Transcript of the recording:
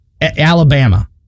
Alabama